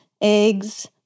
eggs